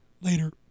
Later